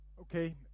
Okay